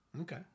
Okay